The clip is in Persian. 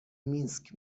مینسک